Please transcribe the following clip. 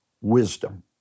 wisdom